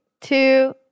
two